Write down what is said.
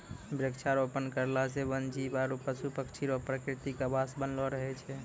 वृक्षारोपण करला से वन जीब आरु पशु पक्षी रो प्रकृतिक आवास बनलो रहै छै